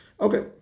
Okay